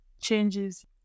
changes